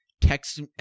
text